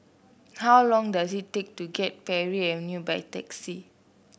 how long does it take to get Parry Avenue by taxi